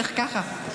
איך ככה?